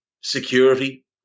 security